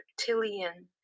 reptilian